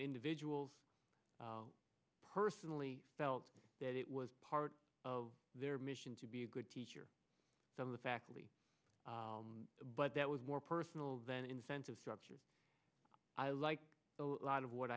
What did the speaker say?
individuals personally felt that it was part of their mission to be a good teacher of the faculty but that was more personal than incentive structure i like a lot of what